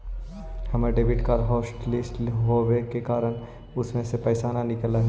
हमर debit card hotlist होवे के कारण उससे पैसे न निकलई हे